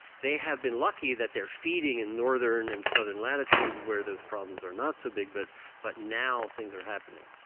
they have been lucky that they're feeding in northern and southern latitudes where those problems are not so big but but now things are happening